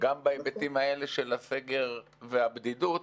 גם בהיבטים האלה של הסגר והבדידות.